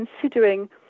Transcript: considering